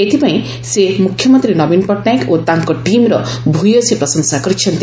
ଏଥିପାଇଁ ସେ ମୁଖ୍ୟମନ୍ତ୍ରୀ ନବୀନ ପଟ୍ଟନାୟକ ଓ ତାଙ୍କ ଟିମ୍ର ଭ୍ୟସୀ ପ୍ରଶଂସା କରିଛନ୍ତି